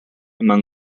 among